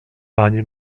pani